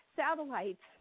satellites